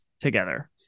together